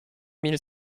mille